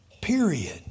Period